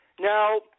Now